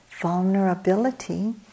vulnerability